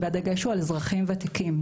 והדגש הוא על אזרחים ותיקים.